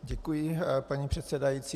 Děkuji, paní předsedající.